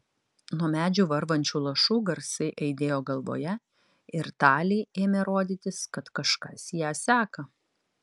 nuo medžių varvančių lašų garsai aidėjo galvoje ir talei ėmė rodytis kad kažkas ją seka